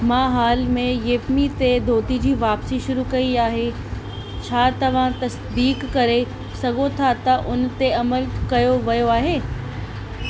मां हाल में येपमी ते धोती जी वापसी शुरू कई आहे छा तव्हां तसदीक करे सघो था त उन ते अमल कयो वियो आहे